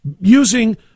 using